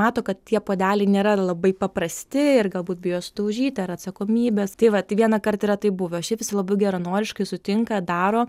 mato kad tie puodeliai nėra labai paprasti ir galbūt bijo sudaužyti ar atsakomybės tai vat tai vienąkart yra taip buvę o šiaip visi labai geranoriškai sutinka daro